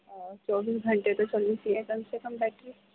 اور چوبیس گھنٹے تو چلنی چاہیے کم سے کم بیٹری